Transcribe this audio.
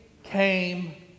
came